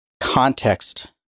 context